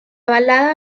balada